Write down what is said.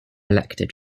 elected